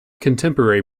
contemporary